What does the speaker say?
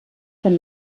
von